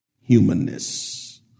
humanness